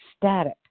static